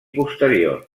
posterior